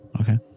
Okay